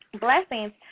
blessings